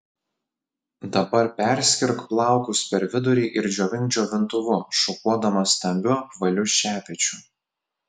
dabar perskirk plaukus per vidurį ir džiovink džiovintuvu šukuodama stambiu apvaliu šepečiu